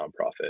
nonprofit